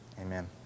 Amen